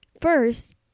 first